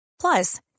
Plus